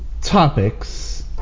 topics